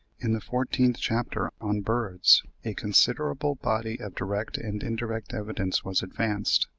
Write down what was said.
in the fourteenth chapter, on birds, a considerable body of direct and indirect evidence was advanced,